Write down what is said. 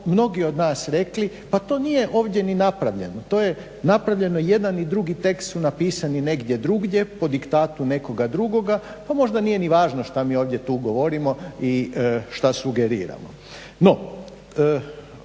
mnogi od nas rekli pa to nije ovdje ni napravljeno. To je napravljeno jedan i drugi tekst su napisani negdje drugdje po diktatu nekoga drugoga. Pa možda nije ni važno što mi ovdje tu govorimo i što sugeriramo.